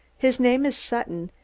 his name is sutton,